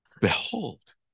Behold